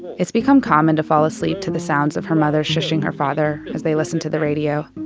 it's become common to fall asleep to the sounds of her mother shushing her father as they listen to the radio.